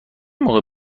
موقع